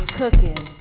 cooking